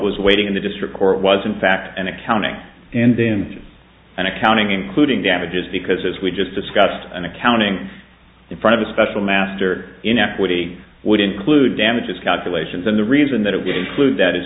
was waiting in the district court was in fact an accounting and then an accounting including damages because as we just discussed an accounting in front of a special master in equity would include damages calculations and the reason that it would include that is